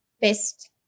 best